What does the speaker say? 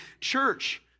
church